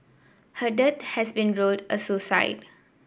her death has been ruled a suicide